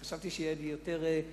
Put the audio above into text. חשבתי שיהיה לי זמן להעלות יותר נושאים.